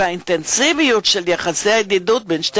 האינטנסיביות של יחסי הידידות בין שתי